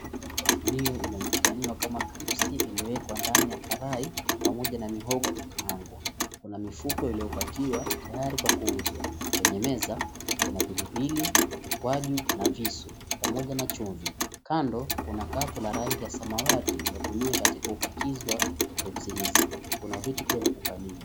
Vitafunio vinavyojuliukana kama kripsi iliowekwa ndani ya karai pamoja na mihogo ya kukaangwa. Kuna mifuko iliopakiwa tayari kwa kuuzwa. Kwenye meza, kuna pilipili, ukwaju na visu pamoja na chumvi. Kando kuna kapu la rangi ya samawati linalotumika katika upakizi wa kripsi hizi. Kuna viti vya kukalia.